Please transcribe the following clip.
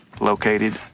located